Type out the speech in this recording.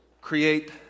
create